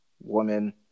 woman